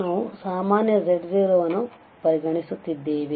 ನಾವು ಸಾಮಾನ್ಯ z0 ಅನ್ನು ಪರಿಗಣಿಸುತ್ತಿದ್ದೇವೆ